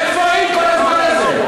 איפה היית כל הזמן הזה?